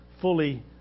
fully